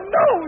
no